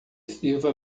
sirva